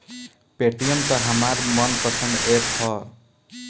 Paytm त हमार मन पसंद ऐप ह